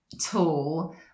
tool